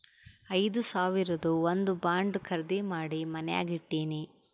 ಐದು ಸಾವಿರದು ಒಂದ್ ಬಾಂಡ್ ಖರ್ದಿ ಮಾಡಿ ಮನ್ಯಾಗೆ ಇಟ್ಟಿನಿ